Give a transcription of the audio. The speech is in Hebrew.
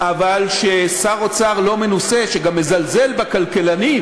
אבל כששר אוצר לא מנוסה, שגם מזלזל בכלכלנים,